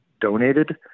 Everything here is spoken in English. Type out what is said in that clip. donated